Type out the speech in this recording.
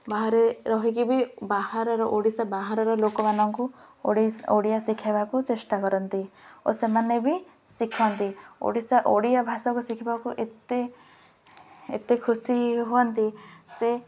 ବାହାରେ ରହିକି ବି ବାହାରର ଓଡ଼ିଶା ବାହାରର ଲୋକମାନଙ୍କୁ ଓଡ଼ିଆ ଶିଖାଇବାକୁ ଚେଷ୍ଟା କରନ୍ତି ଓ ସେମାନେ ବି ଶିଖନ୍ତି ଓଡ଼ିଶା ଓଡ଼ିଆ ଭାଷାକୁ ଶିଖିବାକୁ ଏତେ ଏତେ ଖୁସି ହୁଅନ୍ତି ସେ